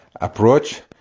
approach